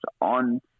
on